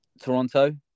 Toronto